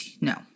No